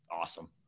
awesome